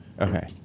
Okay